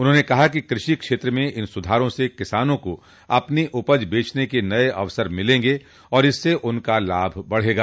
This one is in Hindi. उन्होंने कहा कि कृषि क्षेत्र में इन सुधारो से किसानों को अपनी उपज बेचने के नए अवसर मिलेंगे और इससे उनका लाभ बढ़ेगा